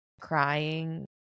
crying